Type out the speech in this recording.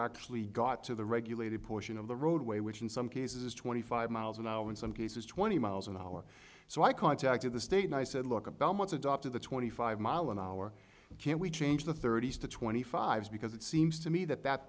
actually got to the regulated portion of the road way which in some cases is twenty five miles an hour in some cases twenty miles an hour so i contacted the state i said look about once adopted the twenty five mile an hour can we change the thirty's to twenty five because it seems to me that that